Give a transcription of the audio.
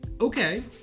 okay